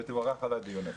תבורך על הדיון הזה.